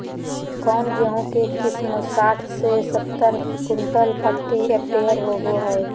कौन गेंहू के किस्म साठ से सत्तर क्विंटल प्रति हेक्टेयर होबो हाय?